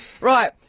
Right